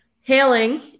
hailing